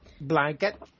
Blanket